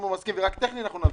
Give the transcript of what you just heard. רק טכני, נביא.